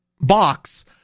box